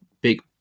big